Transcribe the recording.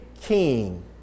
king